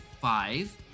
five